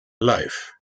life